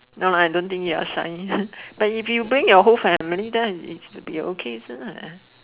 no lah I don't think you're shy but if you bring your whole family then it should be okay